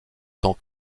tant